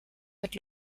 mit